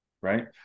right